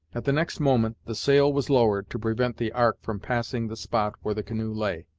at the next moment the sail was lowered, to prevent the ark from passing the spot where the canoe lay.